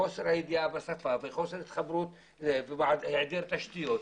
חוסר ידיעת השפה וחוסר התחברות והיעדר תשתיות,